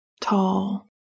Tall